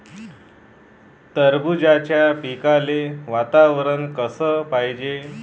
टरबूजाच्या पिकाले वातावरन कस पायजे?